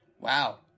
Wow